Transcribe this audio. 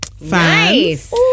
Nice